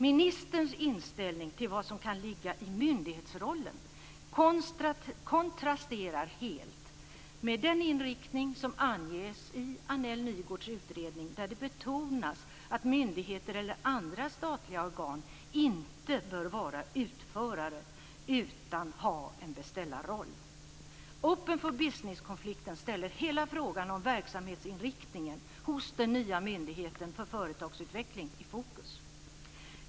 Ministerns inställning till vad som kan ligga i myndighetsrollen kontrasterar helt med den inriktning som anges i Annells och Nygårds utredning, där det betonas att myndigheter eller andra statliga organ inte bör vara utförare utan ha en beställarroll. Open for Business-konflikten ställer hela frågan om verksamhetsinriktningen hos den nya myndigheten för företagsutveckling i fokus.